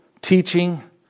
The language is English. teaching